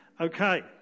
Okay